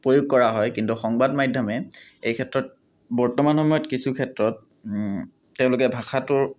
প্ৰয়োগ কৰা হয় কিন্তু সংবাদ মাধ্যমে এই ক্ষেত্ৰত বৰ্তমান সময়ত কিছু ক্ষেত্ৰত তেওঁলোকে ভাষাটোৰ